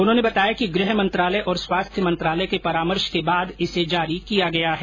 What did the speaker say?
उन्होंने बताया कि गृह मंत्रालय और स्वास्थ्य मंत्रालय के परामर्श के बाद इसे जारी किया गया है